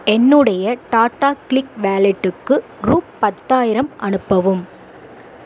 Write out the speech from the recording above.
என்னுடைய டாடாகிளிக் வாலெட்டுக்கு ரூ பத்தாயிரம் அனுப்பவும்